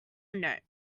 nope